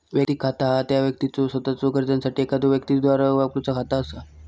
वैयक्तिक खाता ह्या त्या व्यक्तीचा सोताच्यो गरजांसाठी एखाद्यो व्यक्तीद्वारा वापरूचा खाता असा